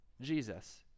Jesus